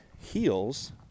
heals